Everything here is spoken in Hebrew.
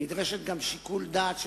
אלא נדרש גם שיקול דעת של